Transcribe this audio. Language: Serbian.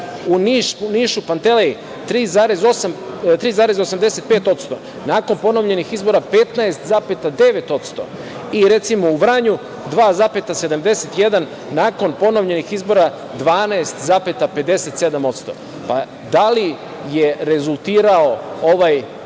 U Nišu Pantelej 3,85%. Nakon ponovljenih izbora 15,9% i recimo u Vranju 2,71%. Nakon ponovljenih izbora 12, 57%.Da li je rezultirao ovaj